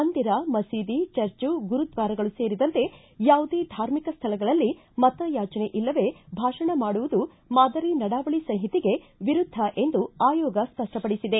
ಮಂದಿರ ಮಸೀದಿ ಚರ್ಚು ಗುರುದ್ವಾರಗಳು ಸೇರಿದಂತೆ ಯಾವುದೇ ಧಾರ್ಮಿಕ ಸ್ವಳಗಳಲ್ಲಿ ಮತಯಾಚನೆ ಇಲ್ಲವೇ ಭಾಷಣ ಮಾಡುವುದು ಮಾದರಿ ನಡಾವಳಿ ಸಂಹಿತೆಗೆ ವಿರುದ್ದ ಎಂದು ಆಯೋಗ ಸ್ಪಷ್ಟಪಡಿಸಿದೆ